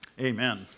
amen